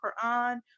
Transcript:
Quran